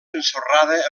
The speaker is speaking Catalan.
ensorrada